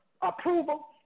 approval